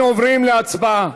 אנחנו עוברים להצבעה.